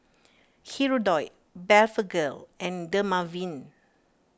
Hirudoid Blephagel and Dermaveen